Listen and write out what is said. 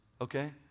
okay